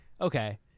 okay